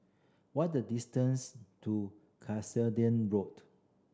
what is the distance to Cuscaden Road